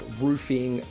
roofing